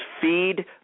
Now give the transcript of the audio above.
feed